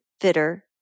fitter